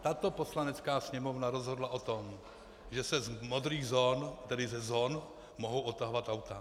Tato Poslanecká sněmovna rozhodla o tom, že se z modrých zón, tedy ze zón, mohou odtahovat auta.